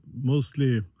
mostly